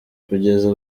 kugeza